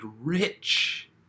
rich